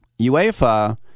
UEFA